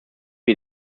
wie